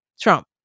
Trump